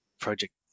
project